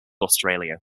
australia